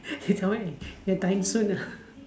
since I went and dying soon uh